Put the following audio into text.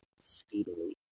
speedily